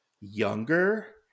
younger